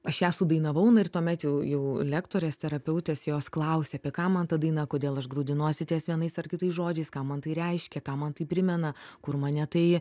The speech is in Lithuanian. aš ją sudainavau na ir tuomet jau jau lektorės terapeutės jos klausė apie ką man ta daina kodėl aš grūdinuosi ties vienais ar kitais žodžiais ką man tai reiškia ką man tai primena kur mane tai